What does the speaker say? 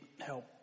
help